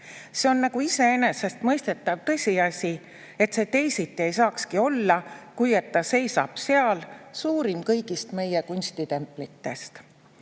See on nagu iseenesestmõistetav tõsiasi, et see teisiti ei saakski olla, kui et ta seisab seal, suurim kõigist meie kunstitemplitest."